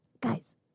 guys